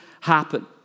happen